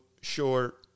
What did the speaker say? short